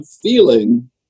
feeling